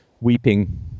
weeping